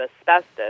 asbestos